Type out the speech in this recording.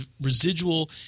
residual